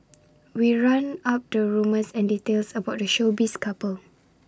we round up the rumours and details about the showbiz couple